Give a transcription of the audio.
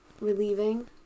relieving